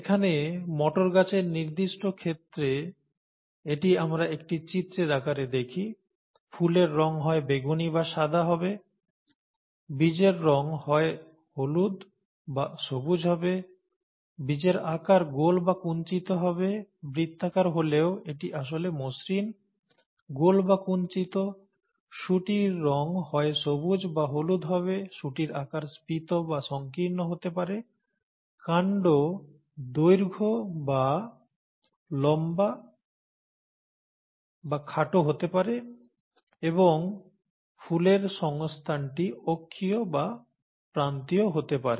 এখানে মটর গাছের নির্দিষ্ট ক্ষেত্রে এটি আমরা একটি চিত্রের আকারে দেখি ফুলের রঙ হয় বেগুনি বা সাদা হবে বীজের রঙ হয় হলুদ বা সবুজ হবে বীজের আকার গোল বা কুঞ্চিত হবে বৃত্তাকার হলেও এটি আসলে মসৃণ গোল বা কুঞ্চিত শুঁটির রঙ হয় সবুজ বা হলুদ হবে শুঁটির আকার স্ফীত বা সংকীর্ণ হতে পারে কান্ড দৈর্ঘ্য হয় লম্বা বা খাটো হতে পারে এবং ফুলের অবস্থানটি অক্ষীয় বা প্রান্তীয় হতে পারে